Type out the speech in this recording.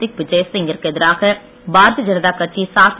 திக்விஜய் சிங் கிற்கு எதிராக பாரதிய ஜனதா கட்சி சாத்வி